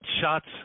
Shots